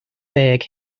deg